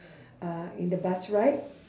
uh in the bus ride